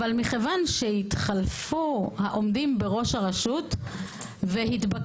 אבל כיוון שהתחלפו העומדים בראש הרשות והתבקשתי,